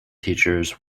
teachers